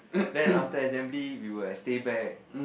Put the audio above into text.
then after assembly we will like stay back